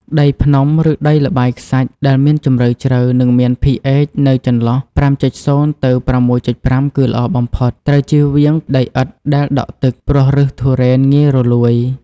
ដីភ្នំ ឬដីល្បាយខ្សាច់ដែលមានជម្រៅជ្រៅ និងមាន pH នៅចន្លោះ ៥.០ ទៅ ៦.៥ គឺល្អបំផុត ត្រូវជៀសវាងដីឥដ្ឋដែលដក់ទឹក ព្រោះឬសទុរេនងាយរលួយ។